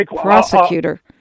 prosecutor